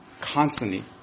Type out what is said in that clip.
constantly